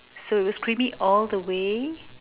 so it was creamy all the way